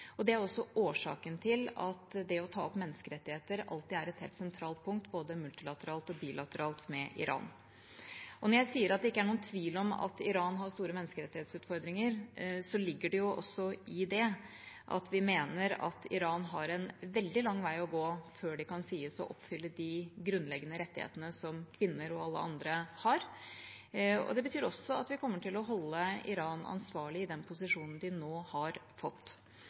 Det er også årsaken til at det å ta opp menneskerettigheter alltid er et helt sentralt punkt både multilateralt og bilateralt med Iran. Når jeg sier at det ikke er noen tvil om at Iran har store menneskerettighetsutfordringer, ligger det også i det at vi mener at Iran har en veldig lang vei å gå før de kan sies å oppfylle de grunnleggende rettighetene som kvinner og alle andre har. Det betyr også at vi kommer til å holde Iran ansvarlig i den posisjonen de nå har fått.